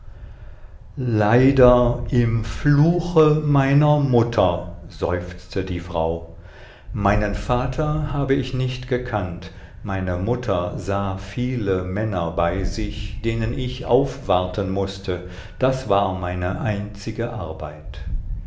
leider im fluche meiner mutter seufzte die frau meinen vater habe ich nicht gekannt meine mutter sah viele männer bei sich denen ich aufwarten mußte das war meine einzige arbeit